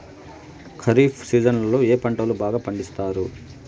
ఖరీఫ్ సీజన్లలో ఏ పంటలు బాగా పండిస్తారు